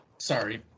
Sorry